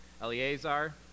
Eleazar